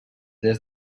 des